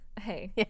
hey